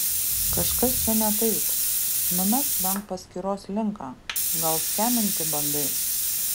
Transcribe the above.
kažkas čia ne taip numesk bent paskyros linką gal skeminti bandai